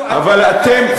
אבל אתם,